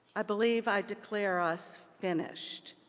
i believe i declare us finished.